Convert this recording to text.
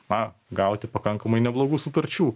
na gauti pakankamai neblogų sutarčių